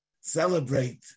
celebrate